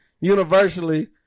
Universally